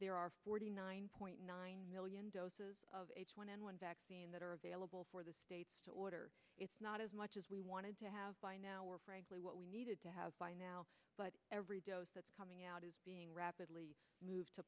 there are forty nine point nine million doses of h one n one vaccine that are available for the states to order it's not as much as we wanted to have by now or frankly what we needed to have by now but every dose that's coming out is being rapidly moved to